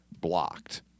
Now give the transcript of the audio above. blocked